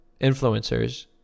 influencers